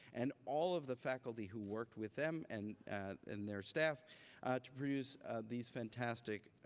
and all of the faculty who worked with them and and their staff to produce these fantastic